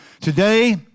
Today